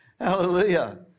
Hallelujah